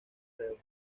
reo